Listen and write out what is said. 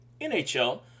NHL